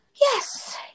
Yes